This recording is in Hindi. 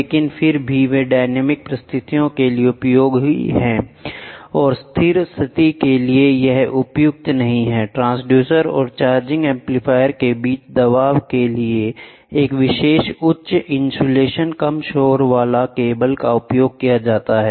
लेकिन फिर भी वे डायनामिक परिस्थितियों के लिए उपयोगी हैं और स्थिर स्थिति के लिए यह उपयुक्त नहीं है ट्रांसड्यूसर और चार्जिंग एम्पलीफायर के बीच दबाव के लिए एक विशेष उच्च इन्सुलेशन कम शोर वाला केबल का उपयोग किया जाता है